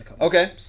Okay